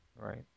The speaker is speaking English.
Right